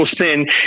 sin